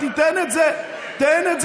תיתן את זה לנכים.